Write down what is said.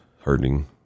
hurting